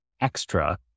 extra